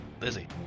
Lizzie